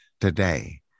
Today